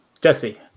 Jesse